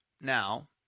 now